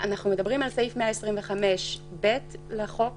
אנחנו מדברים על סעיף 125(ב) לחוק.